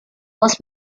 was